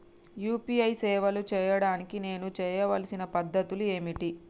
UPI సేవలు చేయడానికి నేను చేయవలసిన పద్ధతులు ఏమిటి?